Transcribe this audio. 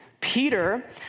Peter